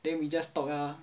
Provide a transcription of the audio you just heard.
then we just talk ah